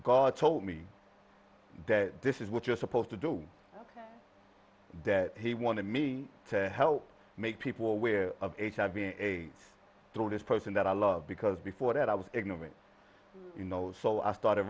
god told me this is what you're supposed to do that he wanted me to help make people aware of being a troll this person that i love because before that i was ignorant you know so i started